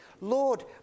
Lord